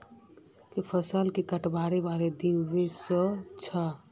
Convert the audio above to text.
फसल कटवार दिन व स छ